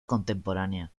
contemporánea